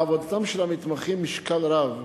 לעבודתם של המתמחים משקל רב,